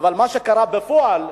אבל מה שקרה בפועל,